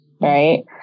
Right